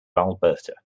alberta